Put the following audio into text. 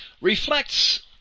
reflects